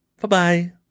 Bye-bye